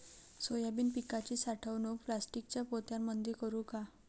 Soybean पिकाची साठवणूक प्लास्टिकच्या पोत्यामंदी करू का?